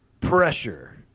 Pressure